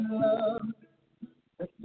love